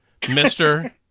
Mr